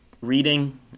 reading